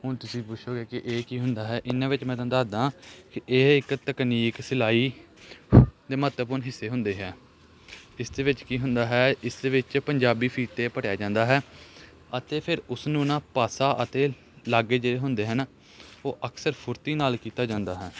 ਹੁਣ ਤੁਸੀਂ ਪੁੱਛੋਗੇ ਕਿ ਇਹ ਕੀ ਹੁੰਦਾ ਹੈ ਇਹਨਾਂ ਵਿੱਚ ਮੈਂ ਤੁਹਾਨੂੰ ਦੱਸਦਾ ਕਿ ਇਹ ਇੱਕ ਤਕਨੀਕ ਸਿਲਾਈ ਦੇ ਮਹੱਤਵਪੂਰਨ ਹਿੱਸੇ ਹੁੰਦੇ ਹੈ ਇਸ ਦੇ ਵਿੱਚ ਕੀ ਹੁੰਦਾ ਹੈ ਇਸ ਦੇ ਵਿੱਚ ਪੰਜਾਬੀ ਫੀਤੇ ਪੜਿਆ ਜਾਂਦਾ ਹੈ ਅਤੇ ਫਿਰ ਉਸ ਨੂੰ ਨਾ ਪਾਸਾ ਅਤੇ ਲਾਗੇ ਜੇ ਹੁੰਦੇ ਹੈ ਨਾ ਉਹ ਅਕਸਰ ਫੁਰਤੀ ਨਾਲ ਕੀਤਾ ਜਾਂਦਾ ਹੈ